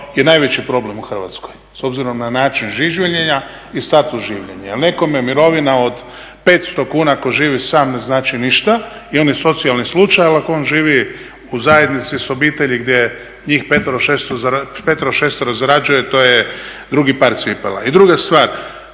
što je najveći problem u Hrvatskoj s obzirom na način življenja i status življenja. Jer nekome mirovina od 500 kn tko živi sam ne znači ništa i on je socijalni slučaj, ali ako on živi u zajednici s obitelji gdje njih 5, 6 zarađuju to je drugi par cipela.